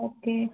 okay